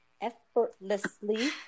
effortlessly